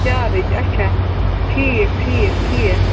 charge اَچھا ٹھیٖک ٹھیٖک ٹھیٖک